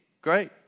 Great